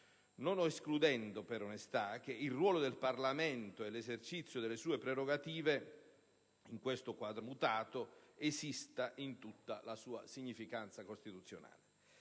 Non escludendo, per onestà, che il ruolo del Parlamento e l'esercizio delle sue prerogative (in questo quadro mutato) esista in tutta la sua significanza costituzionale.